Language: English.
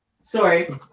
Sorry